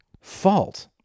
fault